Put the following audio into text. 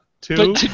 Two